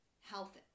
health